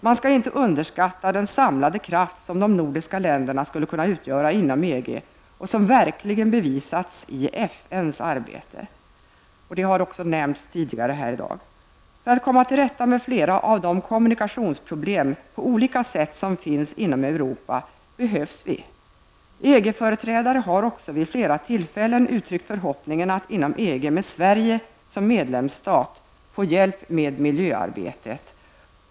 Man skall inte underskatta den samlade kraft som de nordiska länderna skulle kunna utgöra inom EG och som verkligen bevisats i FNs arbete. Det har också nämnts här tidigare i dag. För att komma till rätta med flera av de kommunikationsproblem på olika sätt som finns inom Europa behövs vi. EG företrädare har också vid flera tillfällen uttryckt förhoppningen att inom EG med Sverige som medlemsstat få hjälp med miljöarbetet.